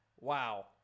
wow